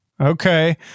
Okay